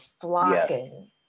flocking